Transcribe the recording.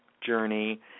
journey